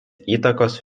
įtakos